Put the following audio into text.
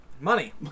Money